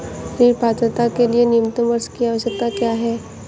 ऋण पात्रता के लिए न्यूनतम वर्ष की आवश्यकता क्या है?